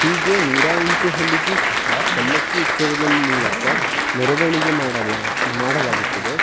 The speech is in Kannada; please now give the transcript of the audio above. ಹೀಗೆ ನೂರ ಎಂಟು ಹಳ್ಳಿಗೂ ಸಹ ಪಲ್ಲಕ್ಕಿ ಉತ್ಸವದ ಮೂಲಕ ಮೆರವಣಿಗೆ ಮಾಡಲಾ ಮಾಡಲಾಗುತ್ತದೆ